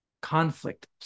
conflict